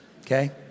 okay